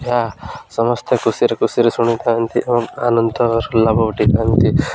ଏହା ସମସ୍ତେ ଖୁସିରେ ଖୁସିରେ ଶୁଣିଥାନ୍ତି ଏବଂ ଆନନ୍ଦ ଲାଭ ଉଠାଇଥାନ୍ତି